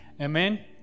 amen